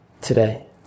today